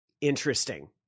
interesting